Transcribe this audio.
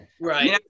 right